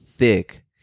Thick